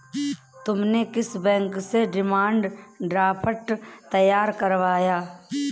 तुमने किस बैंक से डिमांड ड्राफ्ट तैयार करवाया है?